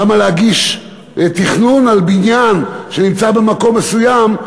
למה להגיש תכנון על בניין שנמצא במקום מסוים,